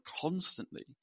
constantly